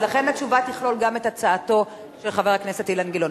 אז לכן התשובה תכלול גם את הצעתו של חבר הכנסת אילן גילאון.